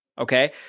Okay